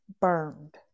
burned